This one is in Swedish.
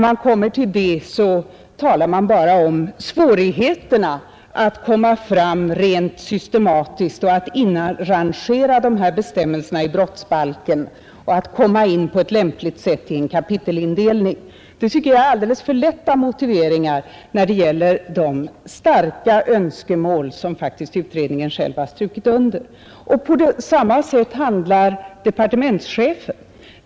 Man talar bara om svårigheterna att komma fram rent systematiskt och inrangera dessa bestämmelser i brottsbalken samt åstadkomma en lämplig kapitelindelning. Det är alldeles för lätta motiveringar när det gäller de starka önskemål som utredningen själv faktiskt har understrukit. På samma sätt handlar departementschefen.